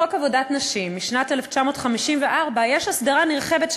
בחוק עבודת נשים משנת 1954 יש הסדרה נרחבת של